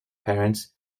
parents